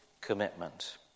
commitment